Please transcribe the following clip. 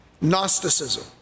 Gnosticism